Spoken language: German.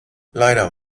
leider